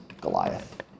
Goliath